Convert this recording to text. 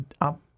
up